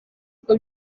uko